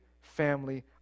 family